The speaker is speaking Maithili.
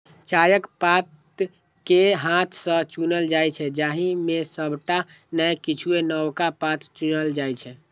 चायक पात कें हाथ सं चुनल जाइ छै, जाहि मे सबटा नै किछुए नवका पात चुनल जाइ छै